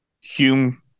Hume